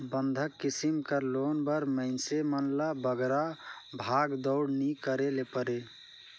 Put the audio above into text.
बंधक किसिम कर लोन बर मइनसे मन ल बगरा भागदउड़ नी करे ले परे